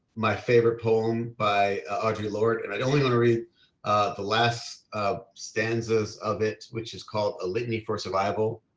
my favorite poem by audre lorde, and i'd only wanna read the last stanzas of it, which is called a litany for survival,